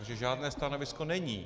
Takže žádné stanovisko není.